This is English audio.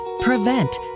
prevent